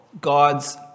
God's